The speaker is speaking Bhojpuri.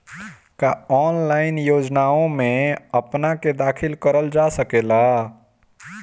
का ऑनलाइन योजनाओ में अपना के दाखिल करल जा सकेला?